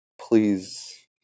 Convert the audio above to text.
please